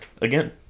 again